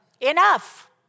Enough